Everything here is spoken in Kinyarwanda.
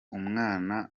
umwana